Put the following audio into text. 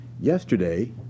Yesterday